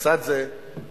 לצד זה אני